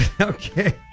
Okay